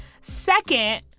Second